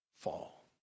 fall